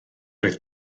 roedd